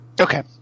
Okay